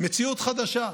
מציאות חדשה: